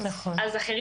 אחרים היו